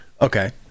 Okay